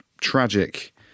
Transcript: tragic